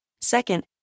Second